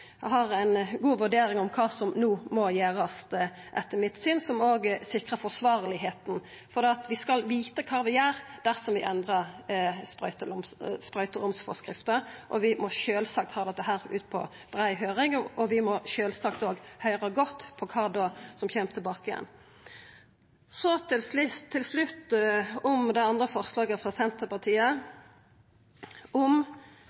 som òg sikrar at det er forsvarleg, for vi skal vita kva vi gjer dersom vi endrar sprøyteromsforskrifta. Vi må sjølvsagt ha dette ut på ei brei høyring og høyra godt etter kva som da kjem tilbake. Til slutt om det andre forslaget frå Senterpartiet, om